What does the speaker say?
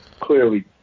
clearly